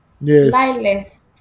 Yes